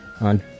on